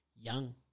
young